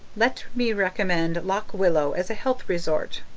let me recommend lock willow as a health resort.